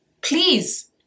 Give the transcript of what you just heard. Please